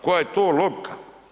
Koja je to logika?